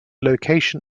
location